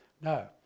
No